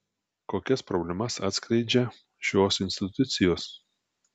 kokias problemas atskleidžią šios institucijos